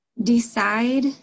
decide